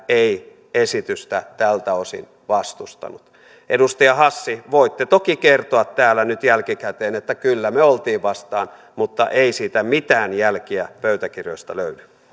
ei esitystä tältä osin vastustanut edustaja hassi voitte toki kertoa täällä nyt jälkikäteen että kyllä me olimme vastaan mutta ei siitä mitään jälkiä pöytäkirjoista löydy